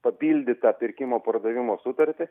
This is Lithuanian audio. papildytą pirkimo pardavimo sutartį